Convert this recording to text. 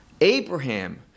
Abraham